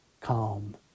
calm